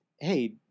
hey